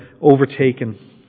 overtaken